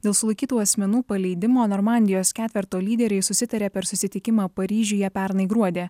dėl sulaikytų asmenų paleidimo normandijos ketverto lyderiai susitarė per susitikimą paryžiuje pernai gruodį